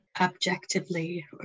objectively